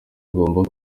hagomba